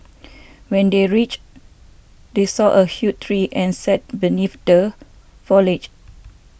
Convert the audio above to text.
when they reached they saw a huge tree and sit beneath the foliage